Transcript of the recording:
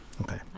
okay